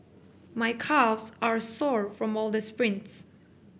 my calves are sore from all the sprints